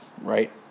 Right